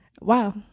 Wow